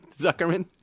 Zuckerman